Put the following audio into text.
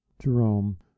Jerome